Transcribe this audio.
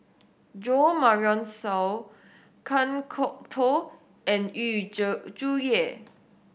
Jo Marion Seow Kan Kwok Toh and Yu Zhuye